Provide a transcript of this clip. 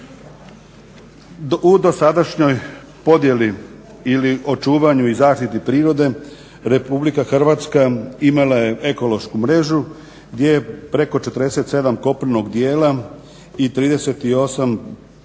U dosadašnjoj podjeli ili očuvanju i zaštiti prirode Republika Hrvatska imala je ekološku mrežu gdje je preko 47 kopnenog dijela i 38,5